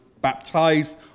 baptized